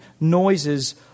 noises